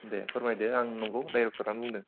दे फोरमायदो आं नंगौ डायरेक्ट'रानो बुंदों